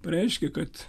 pareiškė kad